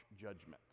judgment